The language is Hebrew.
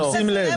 יואב, שים לב.